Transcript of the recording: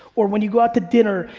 or when you go out to dinner,